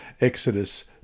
Exodus